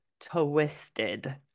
twisted